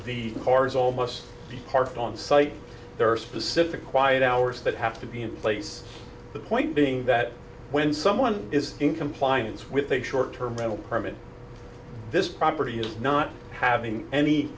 the cars all must be parked on site there are specific quiet hours that have to be in place the point being that when someone is in compliance with a short term rental permit this property is not having any